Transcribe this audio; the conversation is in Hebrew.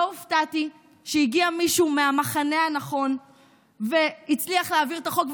לא הופתעתי כשהגיע מישהו מהמחנה הנכון והצליח להעביר את החוק.